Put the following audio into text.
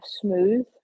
smooth